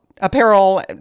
apparel